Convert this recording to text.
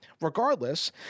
Regardless